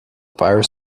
fire